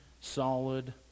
solid